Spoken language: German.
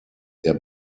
der